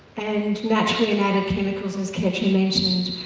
and naturally and added chemicals as ketra mentioned,